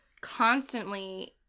constantly